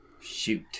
Shoot